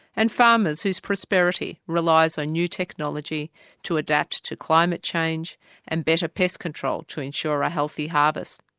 and farmers whose prosperity relies on new technology to adapt to climate change and better pest control to ensure a healthy harvest.